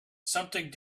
something